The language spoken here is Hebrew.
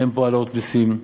אין בו העלאות מסים,